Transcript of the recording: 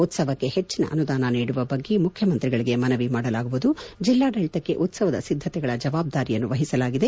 ಉತ್ಸವಕ್ಕೆ ಹೆಚ್ಚಿನ ಅನುದಾನ ನೀಡುವ ಬಗ್ಗೆ ಮುಖ್ಯಮಂತ್ರಿಗಳಿಗೆ ಮನವಿ ಮಾಡಲಾಗುವುದು ಜಿಲ್ಲಾಡಳಿತಕ್ಕೆ ಉತ್ಸವದ ಸಿದ್ಧತೆಗಳ ಜವಾಬ್ದಾರಿಯನ್ನು ವಹಿಸಲಾಗಿದೆ